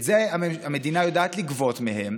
את זה המדינה יודעת לגבות מהם,